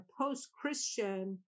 post-Christian